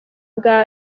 bwa